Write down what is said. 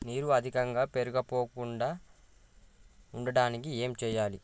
నీరు అధికంగా పేరుకుపోకుండా ఉండటానికి ఏం చేయాలి?